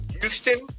Houston